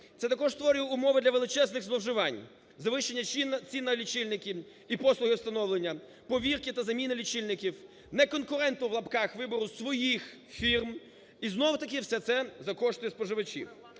Це також створює умови для величезних зловживань, завищення цін на лічильники і послуги встановлення, повірки та заміни лічильників, неконкурентного (в лапках) вибору своїх фірм і знову таки, все це за кошти споживачів.